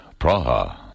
Praha